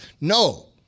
No